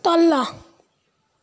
तल्ला